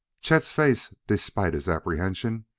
chet's face, despite his apprehension,